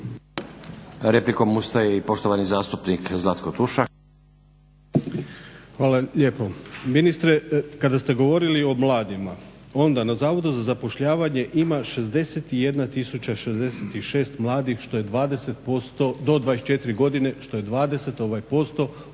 Zlatko (Hrvatski laburisti - Stranka rada)** Hvala lijepo. Ministre kada ste govorili o mladima, onda na zavodu za zapošljavanje ima 61 066 mladih što je 20%, do 24 godine, što je 20% ukupno